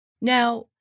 Now